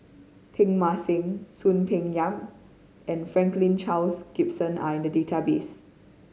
Teng Mah Seng Soon Peng Yam and Franklin Charles Gimson are in the database